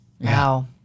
Wow